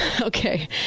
Okay